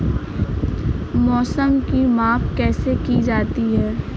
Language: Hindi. मौसम की माप कैसे की जाती है?